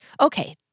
okay